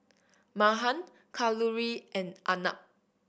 Mahan Kalluri and Arnab